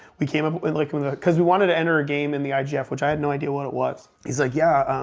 we came up ah but with like, with a cause we wanted to enter a game in the igf, which i had no idea what it was. he's like, yeah,